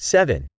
Seven